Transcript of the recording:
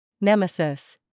Nemesis